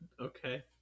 Okay